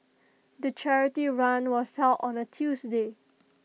the charity run was held on A Tuesday